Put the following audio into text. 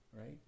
right